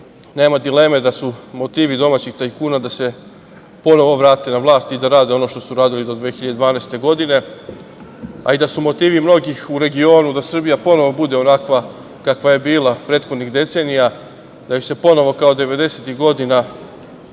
Nema dileme da su motivi domaćih tajkuna da se ponovo vrate na vlast i da rade ono što su radili do 2012. godine, a i da su motivi mnogih u regionu da Srbija ponovo bude onakva kakva je bila prethodnih decenija, da joj se ponovo kao 90-ih godina prikači